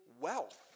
wealth